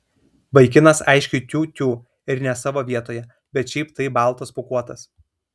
vaikinas aiškiai tiū tiū ir ne savo vietoje bet šiaip tai baltas pūkuotas